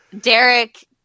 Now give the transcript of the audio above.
derek